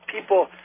people